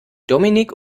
dominik